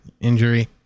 injury